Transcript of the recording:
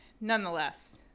Nonetheless